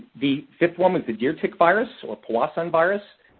the fifth one was the deer tick virus or powassan virus,